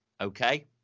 okay